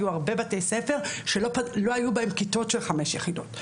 היו הרבה בתי ספר שלא היו בהם כיתות של חמש יחידות.